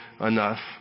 enough